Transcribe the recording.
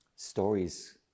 Stories